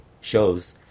shows